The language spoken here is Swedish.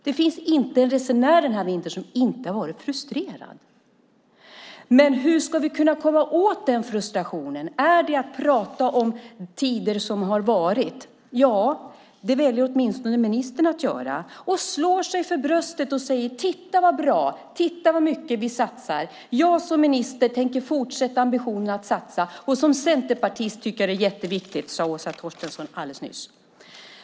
Det finns inte en resenär denna vinter som inte har varit frustrerad. Men hur ska vi kunna komma åt denna frustration? Är det genom att prata om tider som har varit? Ja, det väljer åtminstone ministern att göra. Hon slår sig för bröstet och säger: Titta vad mycket vi satsar! Jag som minister har ambitionen att fortsätta att satsa, och som centerpartist tycker jag att det är jätteviktigt.